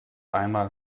einmal